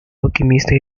alquimista